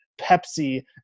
Pepsi